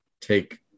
take